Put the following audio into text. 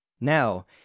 Now